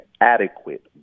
adequate